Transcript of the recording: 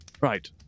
Right